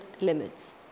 limits